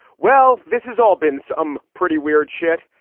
well, this has all been some pretty weird shit.